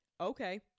Okay